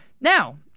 Now